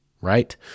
right